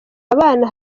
abana